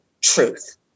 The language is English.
truth